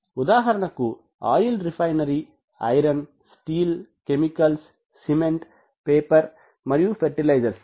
ఉదాహరణకి oil refinery iron steel chemicals cement paper మరియు fertilisers